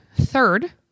third